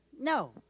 No